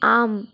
आम्